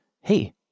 hey